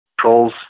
Trolls